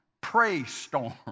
pray-storm